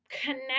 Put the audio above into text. connect